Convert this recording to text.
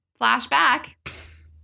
flashback